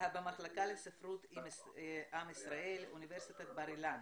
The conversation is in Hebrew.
במחלקה לספרות עם ישראל, אוניברסיטת בר אילן